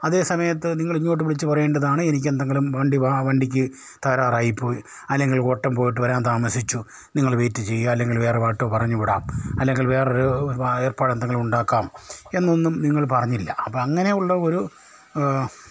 അതേ സമയത്ത് നിങ്ങളിങ്ങോട്ട് വിളിച്ച് പറയേണ്ടതാണ് എനിക്കെന്തെങ്കിലും വണ്ടി വാ വണ്ടിക്ക് തകരാറായി പോയി അല്ലങ്കിൽ ഓട്ടം പോയിട്ട് വരാൻ താമസിച്ചു നിങ്ങള് വെയിറ്റ് ചെയ്യുക അല്ലങ്കിൽ വേറെ ഓട്ടോ പറഞ്ഞ് വിടാം അല്ലങ്കിൽ വേറൊരു ഏർപ്പാടെന്തെങ്കിലും ഉണ്ടാക്കാം എന്നൊന്നും നിങ്ങൾ പറഞ്ഞില്ല അപ്പം അങ്ങനെ ഉള്ള ഒരു